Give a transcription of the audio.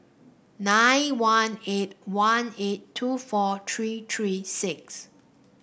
nine one eight one eight two four three three six